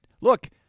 look